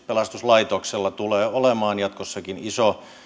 pelastuslaitoksella tulee olemaan jatkossakin iso